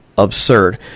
absurd